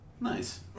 Nice